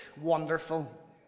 wonderful